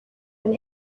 been